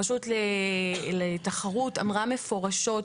הרשות לתחרות אמרה מפורשות,